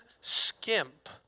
skimp